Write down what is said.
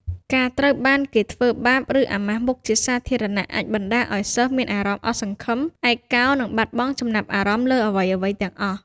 ការត្រូវបានគេធ្វើបាប ឬអាម៉ាស់មុខជាសាធារណៈអាចបណ្តាលឱ្យសិស្សមានអារម្មណ៍អស់សង្ឃឹម ឯកោ និងបាត់បង់ចំណាប់អារម្មណ៍លើអ្វីៗទាំងអស់។